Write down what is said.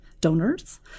donors